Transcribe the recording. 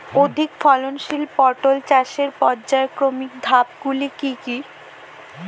অধিক ফলনশীল পটল চাষের পর্যায়ক্রমিক ধাপগুলি কি কি?